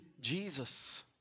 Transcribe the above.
Jesus